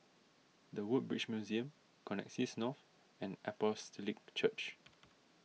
the Woodbridge Museum Connexis North and Apostolic Church